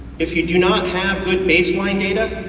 if you do not have good baseline data,